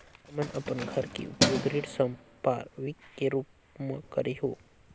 हमन अपन घर के उपयोग ऋण संपार्श्विक के रूप म करे हों